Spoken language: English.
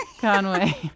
Conway